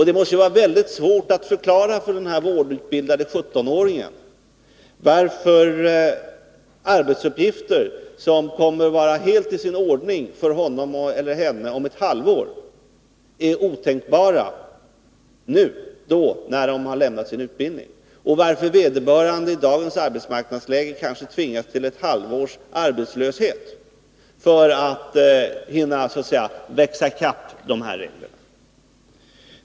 Det måste vara väldigt svårt att förklara för den här vårdutbildade 17-åringen varför arbetsuppgifter, som kommer att vara helt i sin ordning för henne eller honom om ett halvår, är otänkbara nu, när hon eller han just lämnat sin utbildning. I dagens arbetsmarknadsläge kan ju vederbörande tvingas till ett halvårs arbetslöshet för att hon eller han så att säga skall hinna växa i kapp reglerna.